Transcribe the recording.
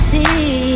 See